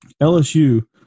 LSU